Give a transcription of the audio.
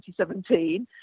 2017